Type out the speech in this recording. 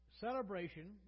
celebration